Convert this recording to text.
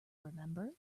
remember